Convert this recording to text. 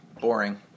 boring